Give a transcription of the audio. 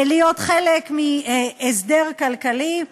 להיות חלק מהסדר כלכלי.